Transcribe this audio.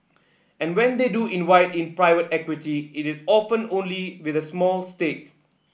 and when they do invite in private equity it is often only with a small stake